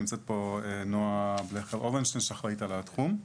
נמצאת פה נועה בלכר אורנשטיין שאחראית על התחום.